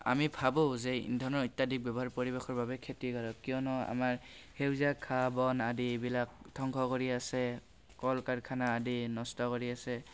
আমি ভাবোঁ যে ইন্ধনৰ অত্যাধিক ব্যৱহাৰ পৰিৱেশৰ বাবে ক্ষতিকাৰক কিয়নো আমাৰ সেউজীয়া ঘাঁহ বন আদি বিলাক ধ্বংস কৰি আছে কল কাৰখানা আদি নষ্ট কৰি আছে